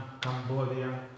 Cambodia